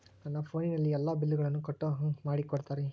ನನ್ನ ಫೋನಿನಲ್ಲೇ ಎಲ್ಲಾ ಬಿಲ್ಲುಗಳನ್ನೂ ಕಟ್ಟೋ ಹಂಗ ಮಾಡಿಕೊಡ್ತೇರಾ?